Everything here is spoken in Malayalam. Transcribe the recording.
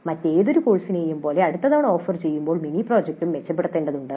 മറ്റേതൊരു കോഴ്സിനെയും പോലെ അടുത്ത തവണ ഓഫർ ചെയ്യുമ്പോൾ ഒരു മിനി പ്രോജക്റ്റും മെച്ചപ്പെടുത്തേണ്ടതുണ്ട്